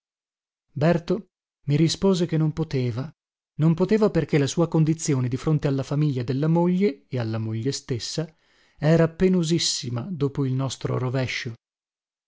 berto mi rispose che non poteva non poteva perché la sua condizione di fronte alla famiglia della moglie e alla moglie stessa era penosissima dopo il nostro rovescio